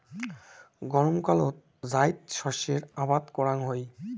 গরমকালত জাইদ শস্যের আবাদ করাং হই